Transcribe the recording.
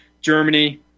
Germany